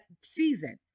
season